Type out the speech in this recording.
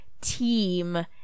team